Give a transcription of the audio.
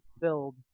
filled